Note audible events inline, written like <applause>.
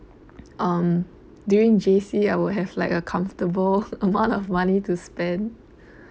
um during J_C I would have like a comfortable <laughs> a lot of money to spend <breath>